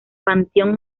panteón